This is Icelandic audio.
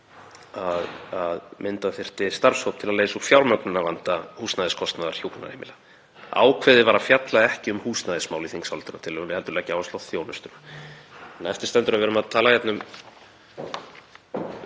að mynda skuli starfshóp til að leysa úr fjármögnunarvanda húsnæðiskostnaðar hjúkrunarheimila. Ákveðið var að fjalla ekki um húsnæðismál í þingsályktunartillögunni heldur leggja áherslu á þjónustuna.